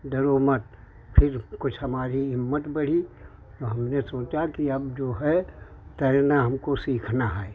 डरो मत फिर कुछ हमारी हिम्मत बढ़ी और हमने सोचा कि अब जो है तैरना हमको सीखना है